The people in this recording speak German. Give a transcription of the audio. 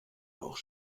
auch